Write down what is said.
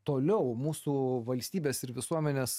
toliau mūsų valstybės ir visuomenės